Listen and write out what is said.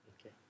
Okay